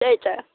त्यही त